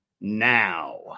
now